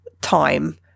time